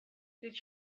did